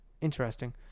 Interesting